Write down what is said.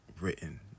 written